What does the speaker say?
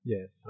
Yes